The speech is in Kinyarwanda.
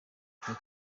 kuri